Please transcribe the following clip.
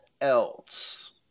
else